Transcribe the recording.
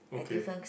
okay